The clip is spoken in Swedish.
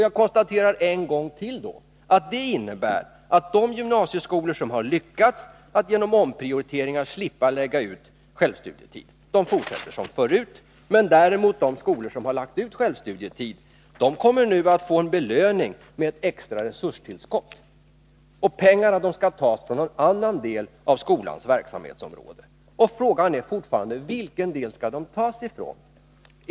Jag konstaterar än en gång att detta innebär, att de gymnasieskolor som har lyckats att genom omprioriteringar slippa lägga ut självstudietid fortsätter som förut, medan de skolor som har lagt ut självstudietid nu kommer att få en belöning genom ett extra resurstillskott. Och pengarna skall tas från någon annan del av skolans verksamhetsområde. Frågan är fortfarande från vilken del de skall tas.